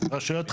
רשויות חלשות,